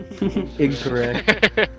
Incorrect